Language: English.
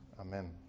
amen